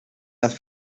las